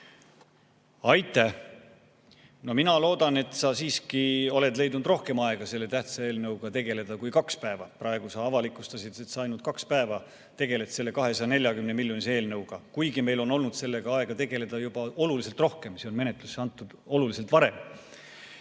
Aitäh! No mina loodan, et sa siiski oled leidnud rohkem aega selle tähtsa eelnõuga tegeleda kui kaks päeva. Praegu sa avalikustasid, et sa ainult kaks päeva tegeled selle 240‑miljonilise eelnõuga, kuigi meil on olnud sellega aega tegeleda juba oluliselt rohkem, see on menetlusse antud oluliselt varem.